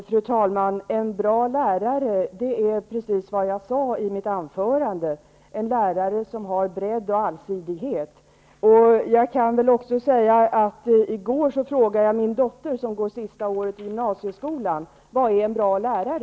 Fru talman! En bra lärare är, precis som jag sade i mitt anförande, en lärare som har bredd och allsidighet. Jag frågade i går min dotter, som går sista året i gymnasieskolen, vad en bra lärare är.